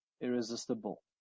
irresistible